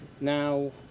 Now